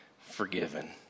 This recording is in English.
forgiven